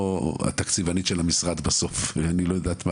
התקציבאית הראשית של המשרד בסוף ואני לא יודעת.